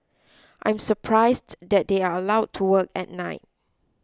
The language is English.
I'm surprised that they are allowed to work at night